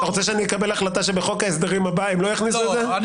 האם אתה רוצה שאני אקבל החלטה שהם לא יכניסו את זה בחוק ההסדרים הבא?